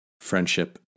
friendship